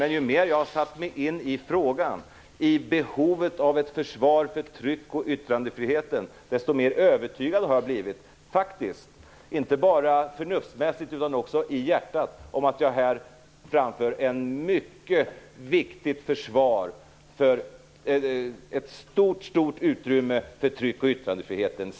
Men ju mer jag har satt mig in i frågan och behovet av ett försvar för tryck och yttrandefriheten, desto mer övertygad har jag blivit, inte bara förnuftsmässigt utan också i hjärtat, om att jag här framför ett mycket viktigt försvar för ett stort utrymme för tryck och yttrandefriheten.